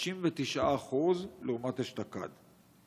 כ-59% לעומת אשתקד.